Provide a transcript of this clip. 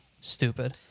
stupid